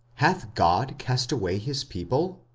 hath god cast away his people?